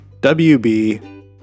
WB